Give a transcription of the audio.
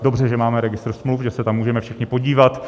Dobře, že máme registr smluv, že se tam můžeme všichni podívat.